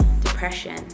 depression